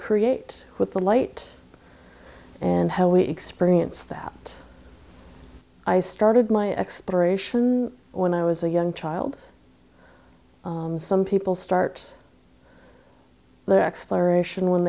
create with the light and how we experience that i started my exploration when i was a young child and some people start their exploration when